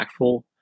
impactful